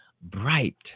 bright